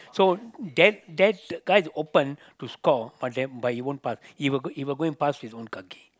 so that that guy's open to score for them but he won't pass he will he will go and pass him own kaki